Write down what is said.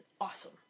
awesome